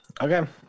Okay